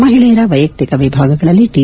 ಮಹಿಳೆಯರ ವೈಯಕ್ತಿಕ ಎಭಾಗಗಳಲ್ಲಿ ಟಿ